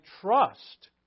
trust